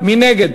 מי נגד?